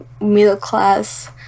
middle-class